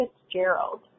Fitzgerald